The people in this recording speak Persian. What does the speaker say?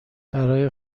برای